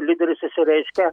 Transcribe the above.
lyderis išsireiškia